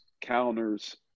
counters